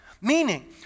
meaning